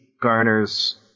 Garner's